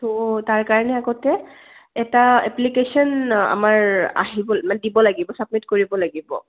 তো তাৰ কাৰণে আগতে এটা এপ্লিকেশ্যন আমাৰ আহিব মানে দিব লাগিব চাবমিট কৰিব লাগিব